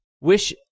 wish